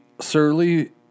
Surly